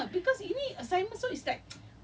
no the answer is no